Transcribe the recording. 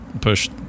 push